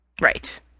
right